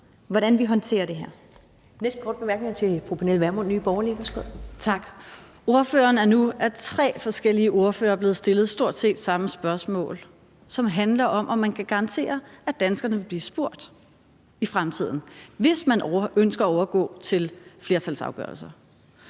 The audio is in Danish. Pernille Vermund, Nye Borgerlige. Værsgo. Kl. 12:31 Pernille Vermund (NB): Tak. Ordføreren er nu af tre forskellige ordførere blevet stillet stort set samme spørgsmål, som handler om, om man kan garantere, at danskerne vil blive spurgt i fremtiden, hvis man ønsker at overgå til flertalsafgørelser.